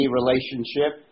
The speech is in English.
relationship